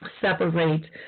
separate